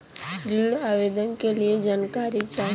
ऋण आवेदन के लिए जानकारी चाही?